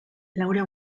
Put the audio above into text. laura